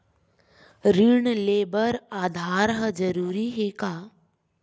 ऋण ले बर आधार ह जरूरी हे का?